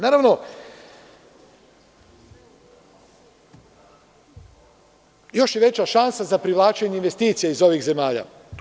Naravno, još je veća šansa za privlačenje investicija iz ovih zemalja.